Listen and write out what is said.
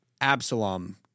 Absalom